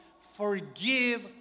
forgive